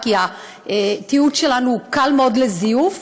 כי התיעוד שלנו קל מאוד לזיוף,